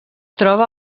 troba